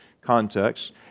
context